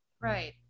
right